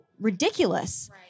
ridiculous